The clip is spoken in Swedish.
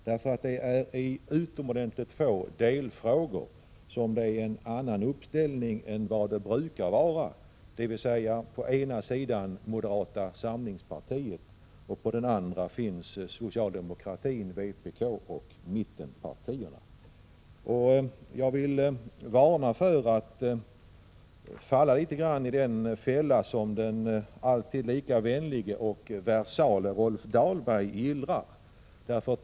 Det är nämligen i utomordentligt få delfrågor som det finns en annan uppställning än vad det brukar vara — dvs. på ena sidan står moderata samlingspartiet och på den andra finns socialdemokratin, vpk och mittenpartierna. Jag vill litet grand varna för att falla i den fälla som den alltid lika vänlige och verserade Rolf Dahlberg har gillrat.